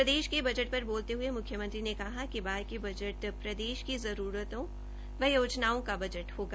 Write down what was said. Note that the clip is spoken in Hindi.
प्रदेश के बजट पर बोलते हुए मुख्यमंत्री ने कहा कि बार के बजट प्रदेश की जरूरतों व योजनाओं का बजट होगा